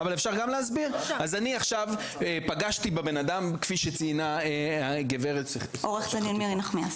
אני עכשיו פגשתי בבן אדם כפי שציינה גב' --- עורכת הדין מירי נחמיאס.